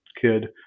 kid